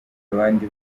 abandi